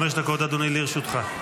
דקות לרשותך,